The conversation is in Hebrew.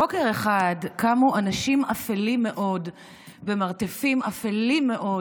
בוקר אחד קמו אנשים אפלים מאוד במרתפים אפלים מאוד